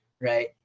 Right